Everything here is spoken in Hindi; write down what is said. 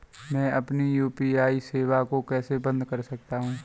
मैं अपनी यू.पी.आई सेवा को कैसे बंद कर सकता हूँ?